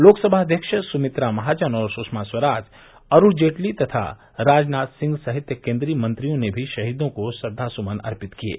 लोकसभा अध्यक्ष सुमित्रा महाजन और सुषमा स्वराज अरूण जेटली तथा राजनाथ सिंह सहित केन्द्रीय मंत्रियों ने भी शहीदों को श्रद्वासुमन अर्पित किये